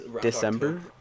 December